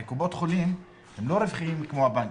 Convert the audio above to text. הרי קופות חולים הן לא רווחיות כמו הבנקים,